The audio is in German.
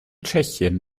tschechien